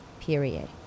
period